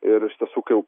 ir iš tiesų kai jau